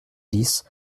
dix